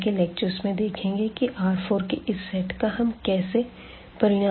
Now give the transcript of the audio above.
आगे के लेक्चर्स में देखेंगे की R4 के इस सेट का हम कैसे परिणाम निर्धारित करेंगे